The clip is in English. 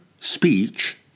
speech